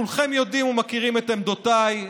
כולכם יודעים ומכירים את עמדותיי,